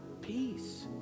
peace